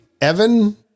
Evan